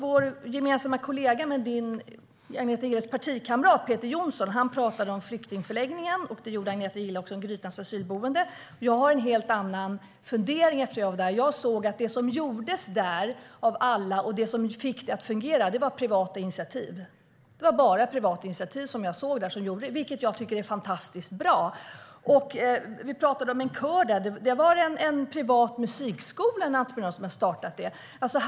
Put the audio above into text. Vår gemensamma kollega och Agneta Gilles partikamrat Peter Johnsson talade om flyktingförläggningar, och det gjorde Agneta Gille också - om Grytans asylboende. Jag har en helt annan fundering efter att ha varit där. Jag såg att det som gjordes där, av alla, och det som fick det att fungera var privata initiativ. Det var bara privata initiativ jag såg - vilket jag tycker är fantastiskt bra. Det talades om en kör där, och det var en privat musikskola som hade startat den - en entreprenör.